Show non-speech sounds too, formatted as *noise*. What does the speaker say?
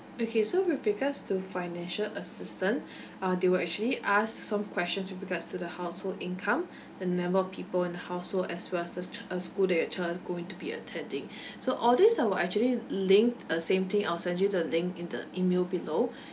okay so with regards to financial assistance uh they will actually ask some questions with regards to the household income and the member of people in the household as well as the uh school that your child's going to be attending *breath* so all these I will actually link uh same thing I'll send you the link in the email below